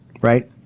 right